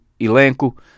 elenco